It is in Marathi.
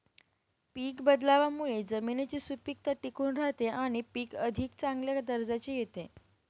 पीक बदलावामुळे जमिनीची सुपीकता टिकून राहते आणि पीक अधिक चांगल्या दर्जाचे येते